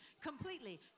Completely